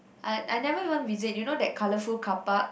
I I never even visit you know that colourful carpark